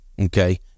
okay